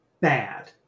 bad